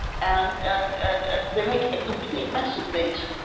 and and and they make a complete mess of things,